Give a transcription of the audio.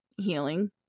healing